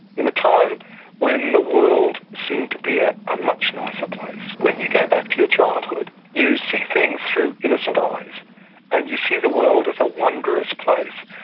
in the time when the world seemed to be ah a much nicer place. when you go back to your childhood you see things through innocent eyes and you see the world as a wondrous place.